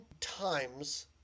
times